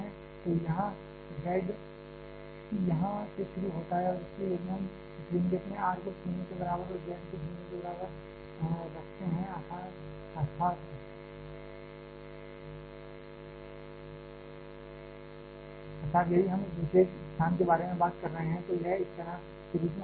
तो यहाँ z यहाँ से शुरू होता है और इसलिए यदि हम इस व्यंजक में r को 0 के बराबर और z को 0 के बराबर रखते हैं अर्थात यदि हम इस विशेष स्थान के बारे में बात कर रहे हैं तो यह इस तरह के रूप में हो जाता है